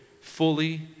fully